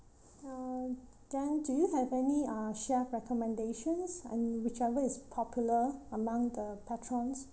uh then do you have any uh chef recommendations and whichever is popular among the patrons